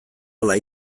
hala